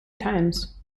times